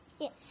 Yes